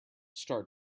start